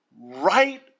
right